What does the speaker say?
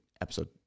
episode